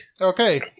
Okay